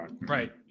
right